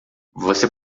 você